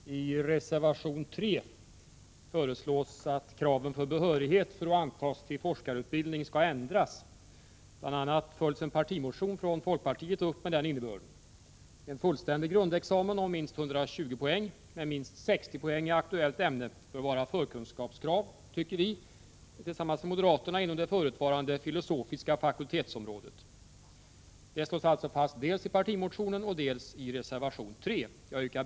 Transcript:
Herr talman! I reservation 3 föreslås att kraven för behörighet för att antas till forskarutbildning skall ändras. Bl. a. följs en partimotion från folkpartiet med den innebörden upp. En fullständig grundexamen om minst 120 poäng med minst 60 poäng i aktuellt ämne bör vara förkunskapskrav inom det förutvarande filosofiska fakultetsområdet. Det slås fast dels i partimotionen från folkpartiet, dels i reservationen 3 från folkpartiet och moderaterna.